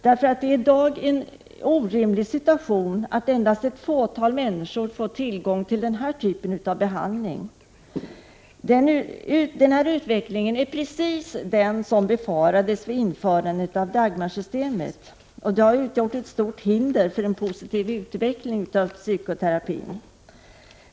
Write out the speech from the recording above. Det är en orimlig situation att endast ett fåtal människor får tillgång till denna typ av behandling. Det är precis denna utveckling som man befarade att vi skulle få vid införandet av Dagmarsystemet. Det har utgjort ett stort hinder för en positiv utveckling av psykoterapin.